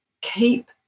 keep